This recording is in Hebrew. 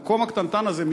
המקום הקטנטן הזה,